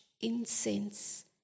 incense